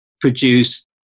produce